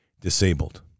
disabled